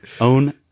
own